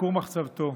לכור מחצבתו.